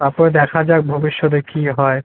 তাপর দেখা যাক ভবিষ্যতে কী হয়